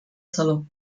saló